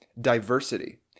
diversity